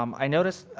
um i noticed,